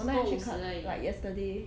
我带进去 club like yesterday